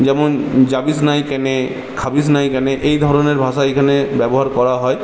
যেমন যাবিস নাই কেনে খাবিস নাই কেনে এই ধরনের ভাষা এইখানে ব্যবহার করা হয়